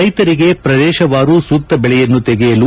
ರೈತರಿಗೆ ಪ್ರದೇಶವಾರು ಸೂಕ್ತ ಬೆಳೆಯನ್ನು ತೆಗೆಯಲು